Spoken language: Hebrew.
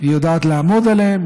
היא יודעת לעמוד עליהם,